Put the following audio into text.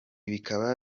bikaba